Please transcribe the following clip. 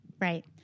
right